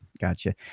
gotcha